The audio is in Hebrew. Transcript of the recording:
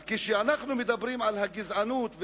אז כשאנחנו מדברים על הגזענות,